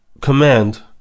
command